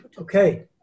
Okay